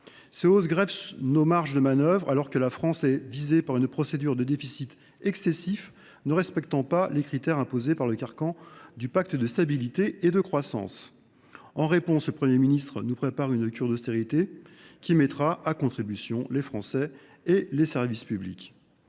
grève nos marges de manœuvre, alors que la France est visée par une procédure de déficit excessif, car elle ne respecte pas les critères imposés par le carcan du pacte de stabilité et de croissance (PSC). La réponse du Premier ministre consiste en une cure d’austérité qui mettra à contribution les Français et leurs services publics.